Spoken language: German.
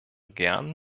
gern